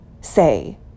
say